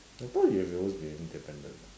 I thought you have always been independent [what]